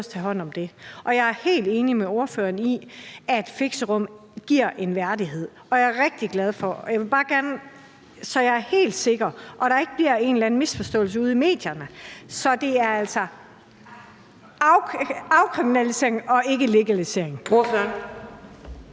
jeg er helt enig med ordføreren i, at fixerum giver en værdighed. Jeg vil bare gerne være helt sikker, så der ikke bliver en eller anden misforståelse ude i medierne: Så det er altså afkriminalisering og ikke legalisering?